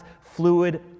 fluid